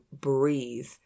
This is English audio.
breathe